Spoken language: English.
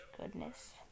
goodness